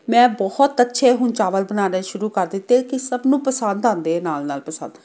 ਮੈਂ ਬਹੁਤ ਅੱਛੇ ਹੁਣ ਚਾਵਲ ਬਣਾਉਣੇ ਸ਼ੁਰੂ ਕਰ ਦਿੱਤੇ ਕਿ ਸਭ ਨੂੰ ਪਸੰਦ ਆਉਂਦੇ ਹੈ ਨਾਲ ਨਾਲ ਪਸੰਦ